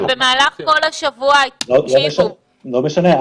אבל במהלך כל השבוע --- לא משנה,